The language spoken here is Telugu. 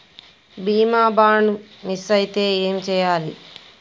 బీమా బాండ్ మిస్ అయితే ఏం చేయాలి?